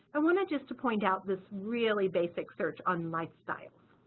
i wanted just to point out this really basic search on lifestyle.